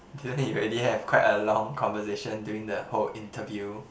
didn't you already have quite a long conversation during the whole interview